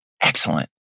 Excellent